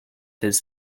his